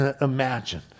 imagine